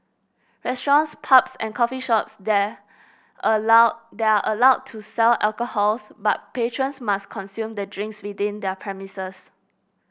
restaurants pubs and coffee shops there allow they are allowed to sell alcohols but patrons must consume the drinks within their premises